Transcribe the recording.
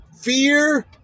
fear